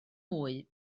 mwy